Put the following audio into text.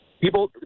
people –